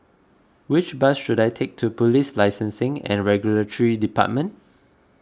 which bus should I take to Police Licensing and Regulatory Department